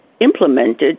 implemented